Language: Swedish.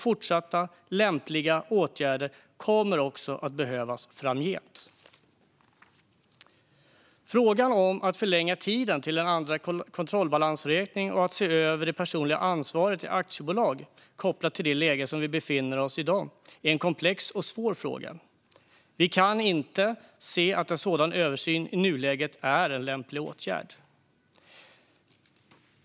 Fortsatta lämpliga åtgärder kommer också att behövas framgent. Frågan om att förlänga tiden till en andra kontrollbalansräkning och att se över det personliga ansvaret i aktiebolag, kopplat till det läge vi i dag befinner oss i, är komplex och svår. Vi kan inte se att en sådan översyn är en lämplig åtgärd i nuläget.